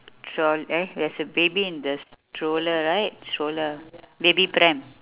stroll~ eh there's a baby in the stroller right stroller baby pram